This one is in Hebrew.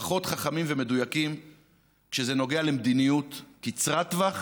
פחות חכמים ומדויקים כשזה נוגע למדיניות קצרת טווח